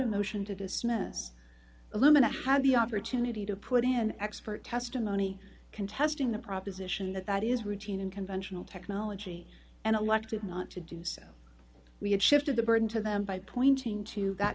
a motion to dismiss alumina had the opportunity to put in expert testimony contesting the proposition that that is routine in conventional technology and acted not to do so we have shifted the burden to them by pointing to that